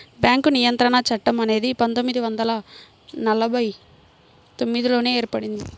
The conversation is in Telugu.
బ్యేంకు నియంత్రణ చట్టం అనేది పందొమ్మిది వందల నలభై తొమ్మిదిలోనే ఏర్పడింది